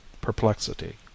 perplexity